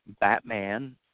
Batman